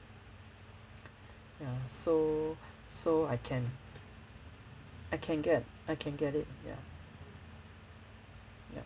ya so so I can I can get I can get it ya ya